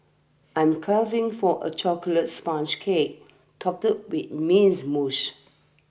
I'm craving for a chocolate sponge cake topped with mousse